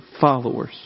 followers